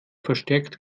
verstärkt